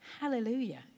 Hallelujah